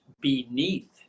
beneath